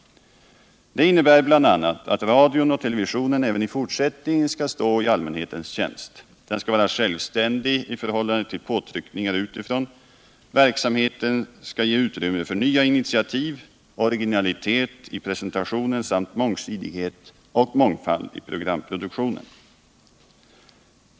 Det innebär bl.a. att radion och televisionen även i fortsätt ningen skall stå i allmänhetens tjänst. Den skall vara självständig i förhållande till påtryckningar utifrån. Verksamheten skall ge utrymme för nya initiativ, originalitet i presentationen samt mångsidighet och mångfald i programproduktionen.